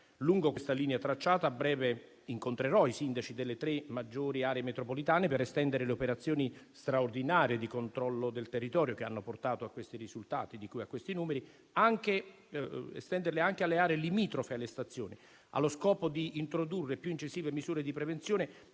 lungo questa linea tracciata. A breve incontrerò i sindaci delle tre maggiori aree metropolitane, per estendere le operazioni straordinarie di controllo del territorio, che hanno portato a questi risultati e numeri, anche alle aree limitrofe alle stazioni, allo scopo di introdurre più incisive misure di prevenzione,